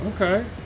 Okay